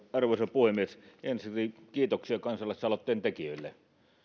arvoisa puhemies ensinnäkin kiitoksia kansalaisaloitteen tekijöille